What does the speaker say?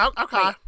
Okay